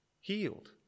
healed